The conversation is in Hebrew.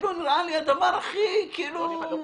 נראה לי הדבר הכי ברור.